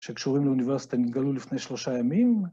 ‫שקשורים לאוניברסיטה נתגלו ‫לפני שלושה ימים